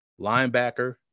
linebacker